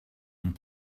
and